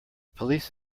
police